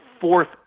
fourth